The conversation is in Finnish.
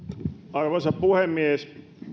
arvoisa puhemies